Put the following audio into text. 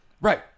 Right